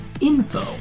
info